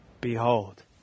Behold